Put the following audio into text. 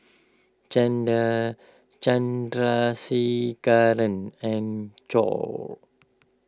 Chanda Chandrasekaran and Choor